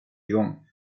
igång